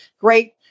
Great